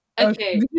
okay